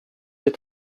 des